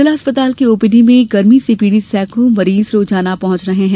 जिला अस्पताल की ओपीडी में गर्मी से पीड़ित सैकड़ो मरीज रोजाना पहुंच रहे है